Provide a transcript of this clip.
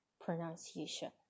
pronunciation